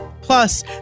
Plus